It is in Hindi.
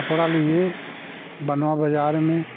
कपड़ा लिए बनवाया बाज़ार में